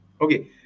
Okay